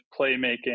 playmaking